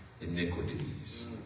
iniquities